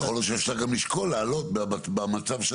ויכול להיות שאפשר גם לשקול במצב של